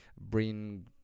bring